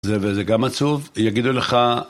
וזה גם עצוב, יגידו לך...